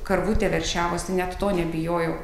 karvutė veršiavosi net to nebijojau